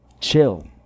Chill